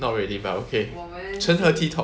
not really but okay 成何体统